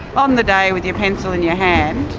on the day with your pencil in your hand,